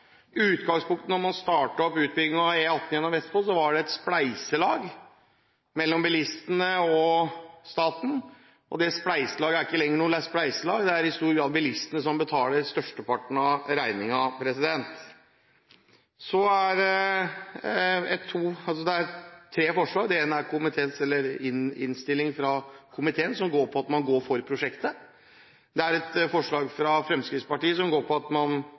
utgangspunktet, da man startet opp utbyggingen av E18 gjennom Vestfold, var det et spleiselag mellom bilistene og staten. Det spleiselaget er ikke lenger noe spleiselag, det er bilistene som betaler størsteparten av regningen. Innstillingen fra komiteen går på at man går for prosjektet. I tillegg er det to forslag, ett forslag fra Fremskrittspartiet, der man går for prosjektet, men ønsker statlig fullfinansiering, og ett forslag fra Høyre og Kristelig Folkeparti, som går på at